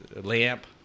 lamp